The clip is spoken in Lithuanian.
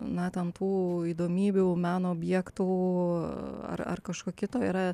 na ten tų įdomybių meno objektų ar ar kažko kito yra